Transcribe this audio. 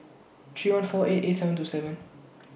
three one four eight eight seven two seven